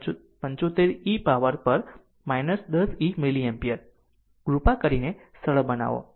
75 e power પર 10 milli ampere કૃપા કરીને સરળ બનાવો